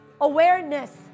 awareness